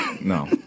no